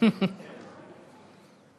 לייעוד ציבורי),